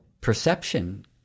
perception